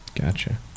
Gotcha